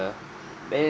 then